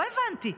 לא הבנתי.